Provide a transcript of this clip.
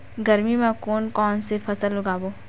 गरमी मा कोन कौन से फसल उगाबोन?